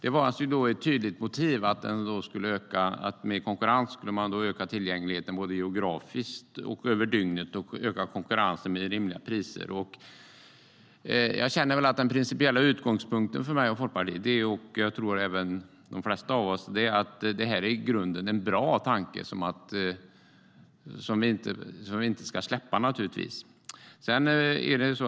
Ett tydligt motiv var då att med konkurrens öka tillgängligheten både geografiskt och över dygnet och att öka konkurrensen med rimliga priser. Den principiella utgångspunkten för mig och Folkpartiet - och för de flesta av oss, tror jag - är att detta i grunden är en bra tanke som vi inte ska släppa.